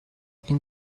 این